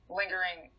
lingering